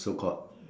so called